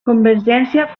convergència